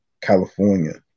California